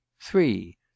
Three